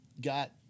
got